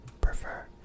prefer